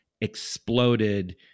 exploded